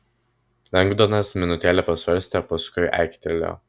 lengdonas minutėlę pasvarstė o paskui aiktelėjo